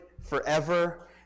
forever